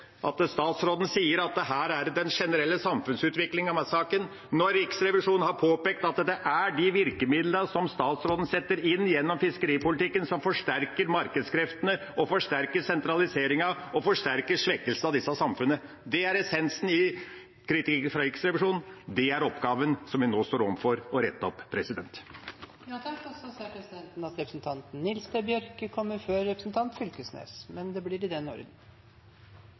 er den generelle samfunnsutviklingen i saken, når Riksrevisjonen har påpekt at det er de virkemidlene som statsråden setter inn gjennom fiskeripolitikken, som forsterker markedskreftene, forsterker sentraliseringen og forsterker svekkelsen av disse samfunnene. Det er essensen i kritikken fra Riksrevisjonen. Det er oppgaven vi nå står overfor og må rette opp. Grunnen til at eg tok ordet, var at det vart fokusert på at det ikkje er påpeika noko lovbrot. Nei, det